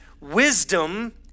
wisdom